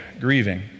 grieving